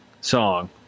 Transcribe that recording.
song